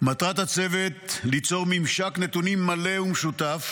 מטרת הצוות היא ליצור ממשק נתונים מלא ומשותף